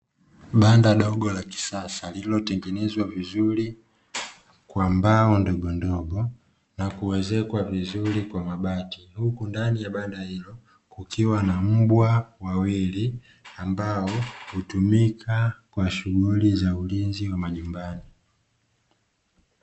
Banda dogo la kisasa lililotengenezwa vizuri kwa mbao ndogondogo na kuezekwa vizuri kwa mabati. Huku ndani ya banda hilo kukiwa na mbwa wawili ambao hutumika kwa shughuli za ulinzi wa majumbani.